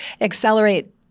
Accelerate